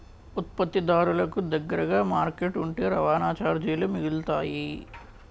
ఉత్పత్తిదారులకు దగ్గరగా మార్కెట్ ఉంటే రవాణా చార్జీలు మిగులుతాయి